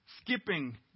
Skipping